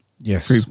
yes